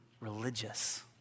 religious